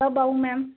कब आऊं मेम